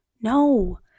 No